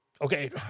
Okay